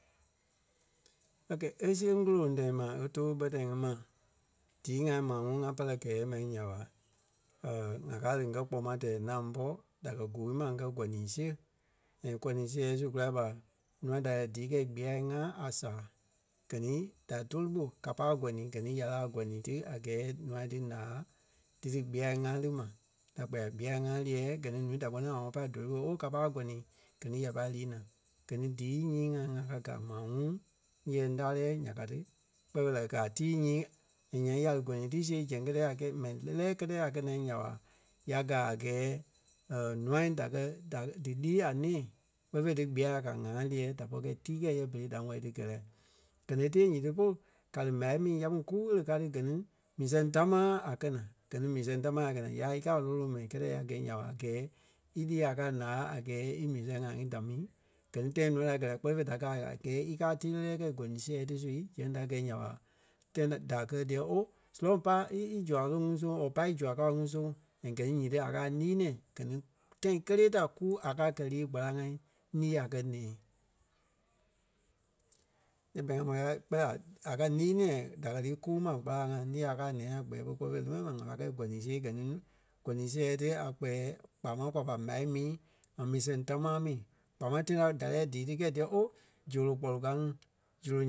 Ok E siɣe ŋ̀guro tãi ma e tóo ɓɛ tãi ŋí ma díi-ŋai maa ŋuŋ ŋa pɛlɛ gɛɛ ma nya ɓa ŋa ŋ́gaa lí ŋá kpoma tɛɛ ŋ́âŋ pɔ́ da kɛ́ gûui ma ŋa koni siɣe. And koni siɣei su kula ɓa nûa da lɛ́ɛ díi kɛi gbêya ŋa a sàa gɛ ni da tóli ɓo ká pa a gɔni gɛ ni ya lí l a gɔli ti a gɛɛ nûa dí ǹaa dí dí gbêɣe ŋa lí ma. Da kpɛɛ a gbêya ŋa liɛ́ɛ gɛ ní núu da kpɛ́ni a ŋɔnɔ pa a géle lóo ooo ka pai a gɔni gɛ ni ya pai lii naa. Gɛ ni díi nyii ŋai ŋa káa gaa a ŋuŋ ńyɛɛ ńdarei nya ka ti kpɛɛ fêi la a ka a tii nyii and nyaŋ ya lí gɔni ti siɣe zɛŋ kɛ́tɛ a kɛi mɛni lɛ́lɛɛ kɛtɛi a kɛi naa nya ɓa, ya gaa a gɛɛ nûa da kɛ da í lîi a nɛ̃ɛ kpɛɛ fêi dí gbêya a kɛ̀ a ŋa líɛ́ɛ dí pɔri kɛi tii kɛi yɛ berei da wɛ́lii dí gɛ́ la. Gɛ ni a tée nyíti polu ka lí m̀á mii ya kpîŋ kuu ɣele ka ti gɛ ni mii sɛŋ támaa a kɛ̀ naa. Gɛ ni mii sɛŋ támaa a kɛ̀ naa yâi í káa a lôloŋ mɛni kɛtɛi ya gɛ̀ nya ɓa a gɛɛ í lîa a kɛ̀ a ǹaa a gɛɛ í mii sɛŋ ŋai ŋí da mi, gɛ ni tãi nûa da gɛ la kpɛ́ni fêi da gaa a gɛɛ í káa tíi lɛlɛ kɛi gɔni siɣei ti su zɛŋ da gɛi nya ɓa tãi da da kɛ́ díyɛ ooo surɔ̂ŋ pai í í zua loŋ ŋí soŋ or pai í zua kao ŋí soŋ and gɛ ni nyíŋí a káa ńii nɛ̃ɛ. Gɛ ni tãi kélee ta kuu a káa kɛ́ lii gbâlaŋ ŋa ńii a kɛ̀ nɛ̃ɛ. Yɛ berei ŋa mò la la kpɛɛ la a kɛ̀ ńii nɛ̃ɛ díkɛ lii kúu ma gbâlaŋ ŋa ńii a kɛ̀ a nɛ̃ɛ a gbɛ̂ɛ pôlu kpɛɛ fêi lé mɛni ma ŋa pai kɛi gɔni siɣe gɛ ni; gɔni siɣei ti a kpɛɛ kpaa máŋ kwa pa m̀á mii ŋa mii sɛŋ támaa mii. Kpaa máŋ tãi da da lɛ́ɛ díi ti kɛi díyɛɛ ooo zolo kpɔlu ka ŋí. Zolo